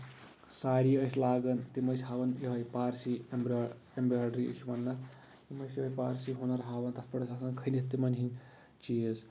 ساری ٲسۍ لگان تِم ٲس ہاوان یِہٕے پارسی ایمبراڈری یہِ چھِ وَنان اَتھ یِم ٲسۍ یِہٕے پارسی ہُنر ہاوان تَتھ پٲٹھۍ ٲسۍ آسان کھٔنِتھ تِمن ہٕنٛدۍ چیٖز